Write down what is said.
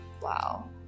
Wow